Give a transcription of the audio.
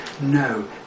no